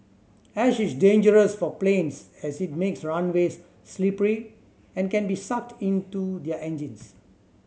ash is dangerous for planes as it makes runways slippery and can be sucked into their engines